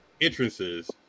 entrances